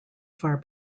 far